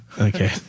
okay